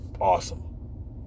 awesome